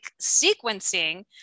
sequencing